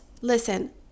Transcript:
listen